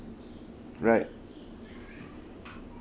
right